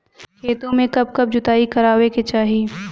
खेतो में कब कब जुताई करावे के चाहि?